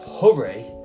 hurry